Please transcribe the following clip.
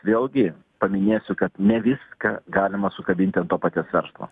vėlgi paminėsiu kad ne viską galima sukabinti ant to paties verslo